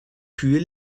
kühe